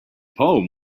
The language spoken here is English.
poem